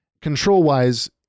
control-wise